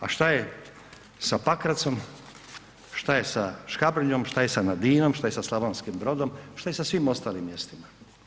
A šta je sa Pakracom, šta je sa Škabrnjom, šta je sa Nadinom, šta je sa Slavonskim Brodom, šta je sa svim ostalim mjestima?